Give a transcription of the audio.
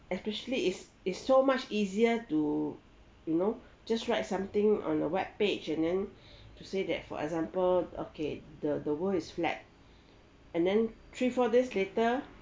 especially it's it's so much easier to you know just write something on a web page and then to say that for example okay the the world is flat and then three four days later